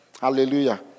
Hallelujah